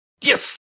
Yes